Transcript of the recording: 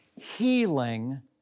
Healing